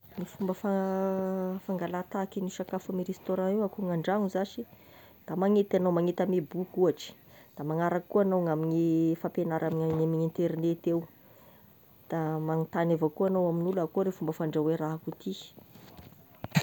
Ny fomba fa fangalan-tahaky ny sakafo amy réstaurant akoa gn'andragno zashy da magnenty egnao magnenty ame boky ohatry, da magnaraka koa agnao gn'amin'ny fampiagnara amy amin'ny internet eo, da magnotagny avy akao egnao amin'olo hoe akory e fandrahoy e raha akoa ty.